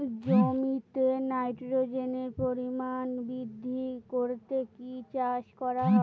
জমিতে নাইট্রোজেনের পরিমাণ বৃদ্ধি করতে কি চাষ করা হয়?